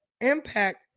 impact